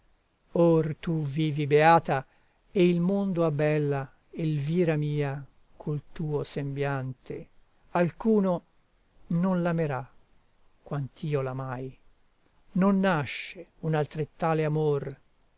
or tu vivi beata e il mondo abbella elvira mia col tuo sembiante alcuno non l'amerà quant'io l'amai non nasce un altrettale amor